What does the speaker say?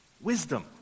wisdom